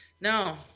No